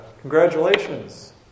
Congratulations